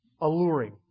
alluring